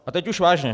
A teď už vážně.